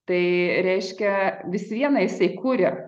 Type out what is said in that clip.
tai reiškia vis viena jisai kuria